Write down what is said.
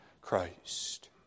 Christ